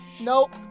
nope